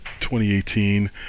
2018